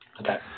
Okay